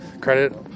credit